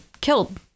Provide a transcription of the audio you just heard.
killed